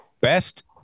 best